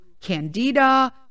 candida